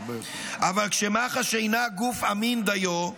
אבל כשמח"ש אינה גוף אמין דיו,